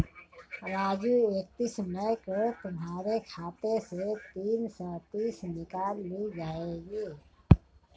राजू इकतीस मई को तुम्हारे खाते से तीन सौ तीस निकाल ली जाएगी